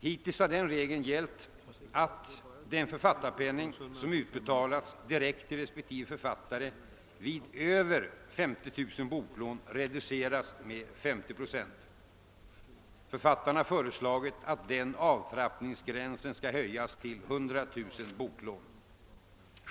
Hittills har den regeln gällt att den författarpenning, som utbetalats direkt till respektive författare vid mer än 50 000 boklån, har reducerats med 50 procent. Författarna har föreslagit att den avtrappningsgränsen skall höjas till 100 000 boklån.